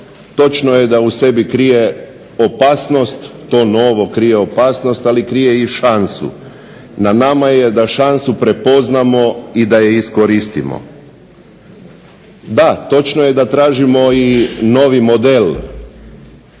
točno je da u sebi krije opasnost, to novo krije opasnost ali krije i šansu. Na nama je da šansu prepoznamo i da je iskoristimo. Da, točno je da tražimo i novi model